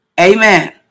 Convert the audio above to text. Amen